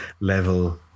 level